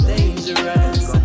Dangerous